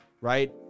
right